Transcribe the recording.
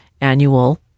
annual